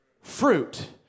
fruit